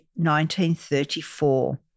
1934